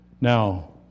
now